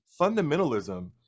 fundamentalism